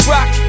Rock